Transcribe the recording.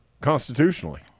constitutionally